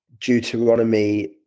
Deuteronomy